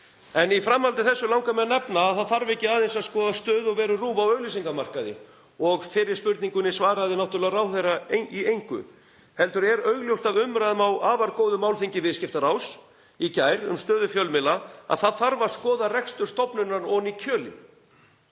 En í framhaldi af þessu langar mig að nefna að það þarf ekki aðeins að skoða stöðu og veru RÚV á auglýsingamarkaði — og fyrri spurningunni svaraði ráðherra náttúrlega í engu — heldur er augljóst af umræðum á afar góðu málþingi Viðskiptaráðs í gær um stöðu fjölmiðla að það þarf að skoða rekstur stofnunarinnar